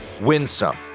winsome